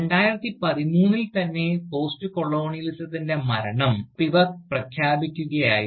2013 ൽ തന്നെ പോസ്റ്റ്കൊളോണിയലിസത്തിൻറെ മരണം സ്പിവക് പ്രഖ്യാപിക്കുകയായിരുന്നു